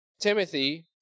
Timothy